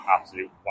absolute